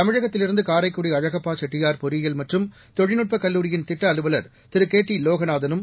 தமிழகத்திலிருந்து னரைக்குடி அழகப்பா செட்டியார் பொறியியல் மற்றும் தொழில்நுட்ப கல்லூரியின் திட்ட அலுவலர் திரு கே டி லோகநாதனும்